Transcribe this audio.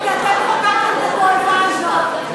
כי אתם חוקקתם את התועבה הזאת.